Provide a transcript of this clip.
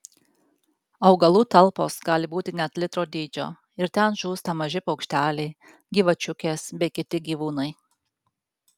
augalų talpos gali būti net litro dydžio ir ten žūsta maži paukšteliai gyvačiukės bei kiti gyvūnai